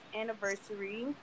anniversary